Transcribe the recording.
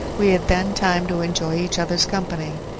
we had then time to enjoy each other's company.